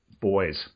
boys